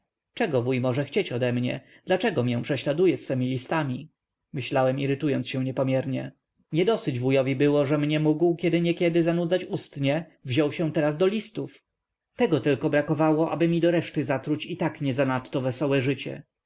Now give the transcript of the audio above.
wuj może chcieć ode mnie dlaczego mię prześladuje swemi listami myślałem irytując się niepomiernie niedosyć wujowi było że mnie mógł kiedy niekiedy zanudzać ustnie wziął się teraz do listów tego tylko brakowało aby mi do reszty zatruć i tak nie zanadto wesołe życie